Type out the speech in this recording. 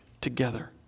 together